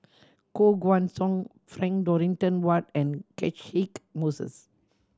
Koh Guan Song Frank Dorrington Ward and Catchick Moses